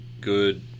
good